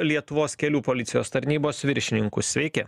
lietuvos kelių policijos tarnybos viršininku sveiki